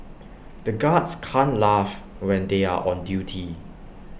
the guards can't laugh when they are on duty